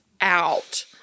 out